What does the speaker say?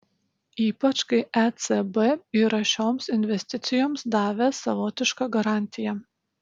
ypač kai ecb yra šioms investicijoms davęs savotišką garantiją